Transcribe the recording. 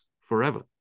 forever